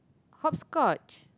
hopscotch